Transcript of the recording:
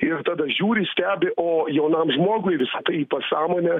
ir tada žiūri stebi o jaunam žmogui visa tai į pasąmonę